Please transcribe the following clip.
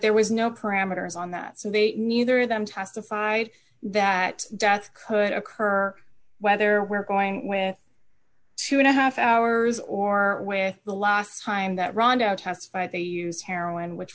there was no parameters on that so they neither of them testified that death could occur whether we're going with two and a half hours or where the last time that rondout tests fight they use heroin which